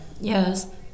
Yes